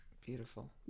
beautiful